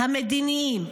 המדיניים,